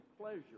pleasure